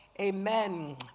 Amen